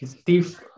Steve